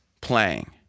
playing